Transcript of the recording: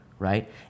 Right